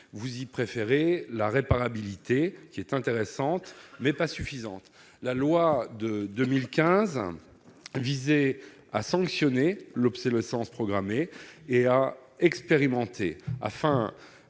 Vous lui préférez la réparabilité, certes intéressante, mais pas suffisante. La loi de 2015 visait à sanctionner l'obsolescence programmée et à expérimenter, afin